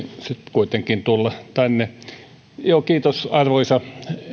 kuitenkin tulla tänne kiitos arvoisa